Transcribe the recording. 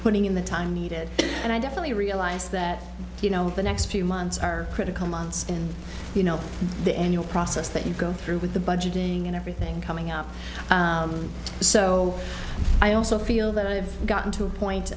putting in the time needed and i definitely realize that you know the next few months are critical months and you know the end your process that you go through with the budgeting and everything coming out so i also feel that i've gotten to a point